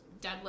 deadlift